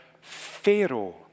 Pharaoh